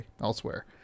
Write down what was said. elsewhere